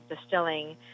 distilling